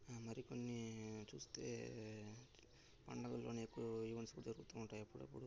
మరికొన్ని చూస్తే పండగలోనే ఎక్కువ ఈవెంట్స్ జరుగుతుంటాయి అప్పుడప్పుడు